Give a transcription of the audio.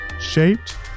shaped